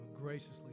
graciously